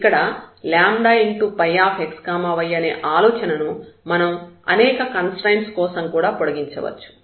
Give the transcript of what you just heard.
ఇక్కడ ϕxy అనే ఆలోచనను మనం అనేక కన్స్ట్రయిన్స్ కోసం కూడా పొడిగించవచ్చు